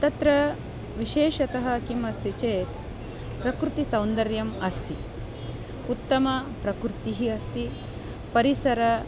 तत्र विशेषतः किम् अस्ति चेत् प्रकृतिसौन्दर्यम् अस्ति उत्तमप्रकृतिः अस्ति परिसरः